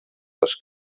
les